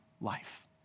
life